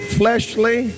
fleshly